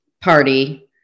party